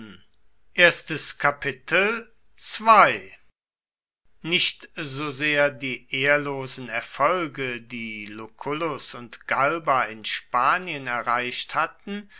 nicht so sehr die ehrlosen erfolge die lucullus und galba in spanien erreicht hatten